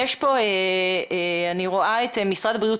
אני רואה את משרד הבריאות,